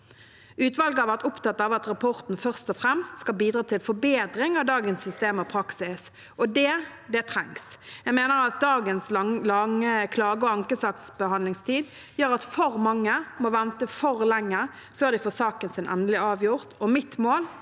Utvalget har vært opptatt av at rapporten først og fremst skal bidra til forbedring av dagens system og praksis, og det trengs. Jeg mener at dagens lange klageog ankesaksbehandlingstid gjør at for mange må vente for lenge før de får saken sin endelig avgjort. Mitt mål